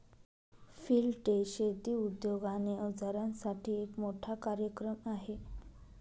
field day शेती उद्योग आणि अवजारांसाठी एक मोठा कार्यक्रम आहे